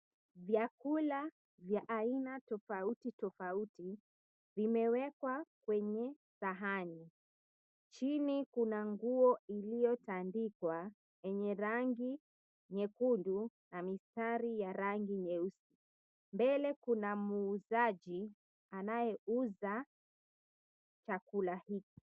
Vyakula vya aina tofauti tofauti, vimewekwa kwenye sahani. Chini kuna nguo iliyotandikwa, yenye rangi nyekundu na mistari ya rangi nyeusi. Mbele kuna muuzaji, anayeuza chakula hiki.